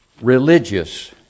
religious